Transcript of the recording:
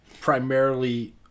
primarily